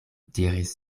diris